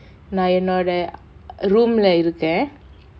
நான் என்னோட:naan ennoda room leh இருக்கேன்:irukkaen